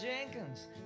Jenkins